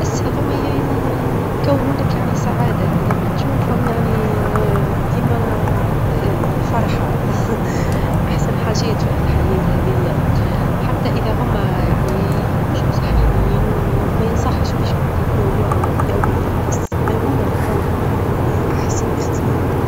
بس هذوما يكونو لك يعني سعادة لما تشوفهم يعني ديما فرحة أحسن حاجات في هالحياة هذي، حتى إذا هما يعني مش مصحينيين، وما ينصحش باش يتناولوهم يوميًا، بس مؤونة لا تنظب منهم هذه هي أحسن إختيار.